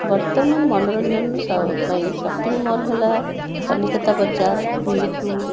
ବର୍ତ୍ତମାନ ମନୋରଞ୍ଜନ ପାଇଁ ଶପିଂ ମଲ୍ ହେଲା କଲିକତା ବଜାର ଭି ଟୁ